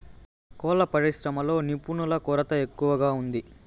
కోళ్ళ పరిశ్రమలో నిపుణుల కొరత ఎక్కువగా ఉంది